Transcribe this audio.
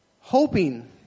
hoping